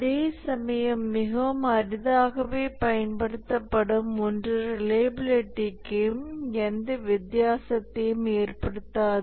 அதேசமயம் மிகவும் அரிதாகவே பயன்படுத்தப்படும் ஒன்று ரிலையபிலிட்டிக்கு எந்த வித்தியாசத்தையும் ஏற்படுத்தாது